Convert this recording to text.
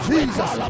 Jesus